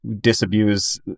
disabuse